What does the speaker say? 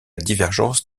divergence